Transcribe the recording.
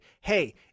hey